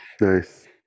Nice